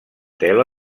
tela